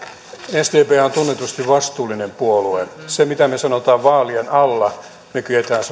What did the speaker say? sdp on tunnetusti vastuullinen puolue sen mitä me sanomme vaalien alla me